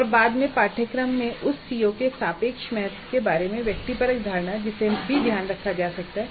और बाद के पाठ्यक्रमों में उस सीओ के सापेक्ष महत्व के बारे में व्यक्तिपरक धारणा जिसे भी ध्यान में रखा जा सकता है